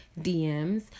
DMs